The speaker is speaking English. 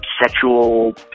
sexual